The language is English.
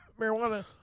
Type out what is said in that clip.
marijuana